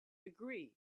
agree